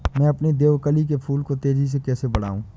मैं अपने देवकली के फूल को तेजी से कैसे बढाऊं?